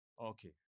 Okay